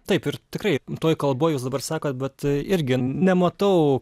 taip ir tikrai toj kalboj jūs dabar sakot bet irgi nematau